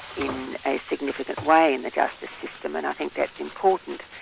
in a significant way in the justice system, and i think that's important.